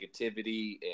negativity